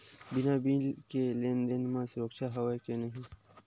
बिना बिल के लेन देन म सुरक्षा हवय के नहीं?